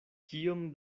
kiom